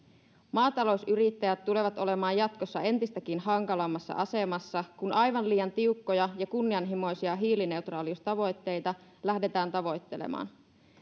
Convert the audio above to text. maatalousyrittäjät tulevat olemaan jatkossa entistäkin hankalammassa asemassa kun aivan liian tiukkoja ja kunnianhimoisia hiilineutraaliustavoitteita lähdetään tavoittelemaan